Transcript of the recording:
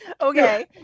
okay